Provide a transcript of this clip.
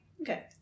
Okay